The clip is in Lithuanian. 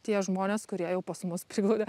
tie žmonės kurie jau pas mus priglaudė